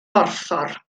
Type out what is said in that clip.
borffor